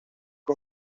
que